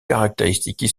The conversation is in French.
caractéristiques